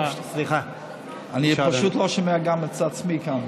אני פשוט לא שומע גם את עצמי כאן.